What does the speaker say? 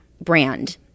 brand